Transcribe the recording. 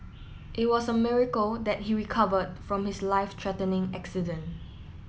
it was a miracle that he recovered from his life threatening accident